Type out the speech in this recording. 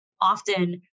often